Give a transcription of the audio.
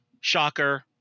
Shocker